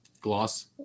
Gloss